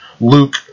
Luke